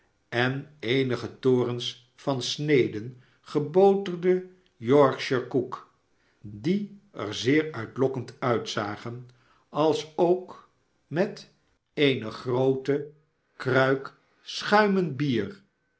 en eenige torens van sneden geboterde yorkshire koek die er zeer uitlokkend uitzagen alsook met eenegroote kruik schuimend bier